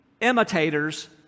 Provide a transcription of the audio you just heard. imitators